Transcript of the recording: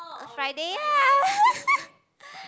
Friday ah